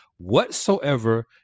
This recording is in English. whatsoever